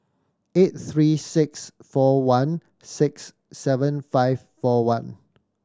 eight three six four one six seven five four one